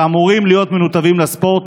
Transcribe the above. שאמורים להיות מנותבים לספורט,